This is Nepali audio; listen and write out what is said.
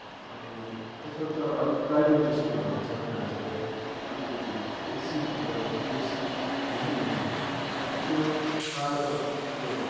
अनि तसर्थ अलिक प्राइभेट स्कुलहरू पनि छ जहाँ चाहिँ अलिकति बेसी फोकस बेसी ध्यान दिन्छ नानीहरूलाई त्यो पार त्यो